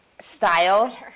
style